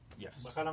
Yes